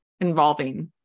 involving